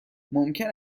ممکن